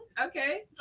okay